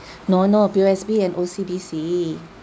no no P_O_S_B and O_C_B_C